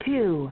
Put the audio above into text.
Two